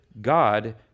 God